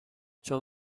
چون